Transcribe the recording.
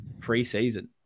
preseason